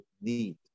need